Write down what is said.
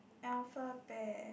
alpha bear